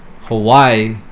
Hawaii